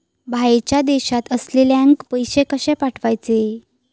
बाहेरच्या देशात असलेल्याक पैसे कसे पाठवचे?